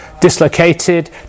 dislocated